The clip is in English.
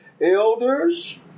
elders